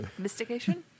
Mystication